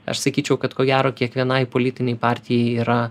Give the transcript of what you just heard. aš sakyčiau kad ko gero kiekvienai politinei partijai yra